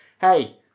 hey